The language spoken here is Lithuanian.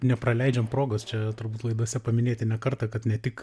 nepraleidžiam progos čia turbūt laidose paminėti ne kartą kad ne tik